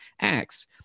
acts